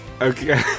Okay